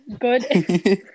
Good